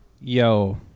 yo